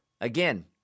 Again